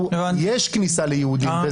זה